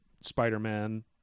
Spider-Man